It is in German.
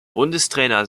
bundestrainer